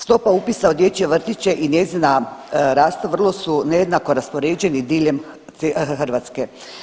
Stopa upisa u dječje vrtiće i njezina rasta vrlo su nejednako raspoređeni diljem Hrvatske.